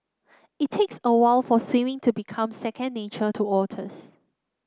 it takes a while for swimming to become second nature to otters